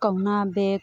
ꯀꯧꯅꯥ ꯕꯦꯛ